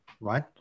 right